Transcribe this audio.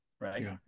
right